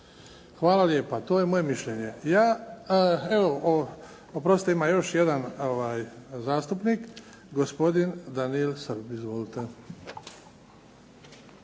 Hvala lijepa. To je moje mišljenje. Evo, oprostite, ima još jedan zastupnik, gospodin Danijel Srb. Izvolite.